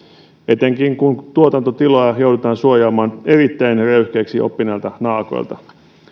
etenkin kun tuotantotiloja joudutaan suojaamaan erittäin röyhkeiksi oppineilta naakoilta